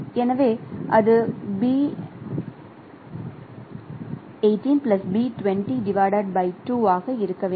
எனவே அதுஆக இருக்க வேண்டும்